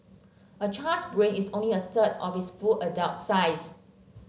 a child's brain is only a third of its full adult size